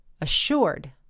assured